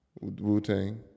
Wu-Tang